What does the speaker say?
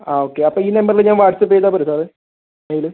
ആ ഓക്കെ അപ്പോൾ ഈ നമ്പറിൽ ഞാൻ വാട്ട്സ്ആപ്പ് ചെയ്താൽ പോരെ സാറേ മെയില്